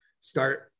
start